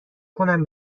کنم